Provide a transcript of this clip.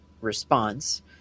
response